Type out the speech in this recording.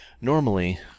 Normally